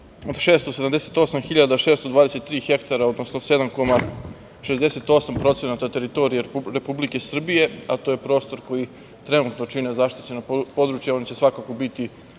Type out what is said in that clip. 623 hektara, odnosno 7,68% teritorije Republike Srbije, a to je prostor koji trenutno čine zaštićena područja, one će svakako u